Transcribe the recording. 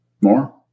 more